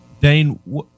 Dane